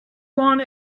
want